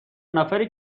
نفری